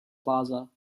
plaza